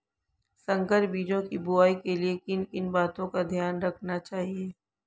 संकर बीजों की बुआई के लिए किन किन बातों का ध्यान रखना चाहिए?